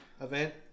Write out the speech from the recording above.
event